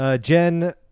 Jen